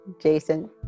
Jason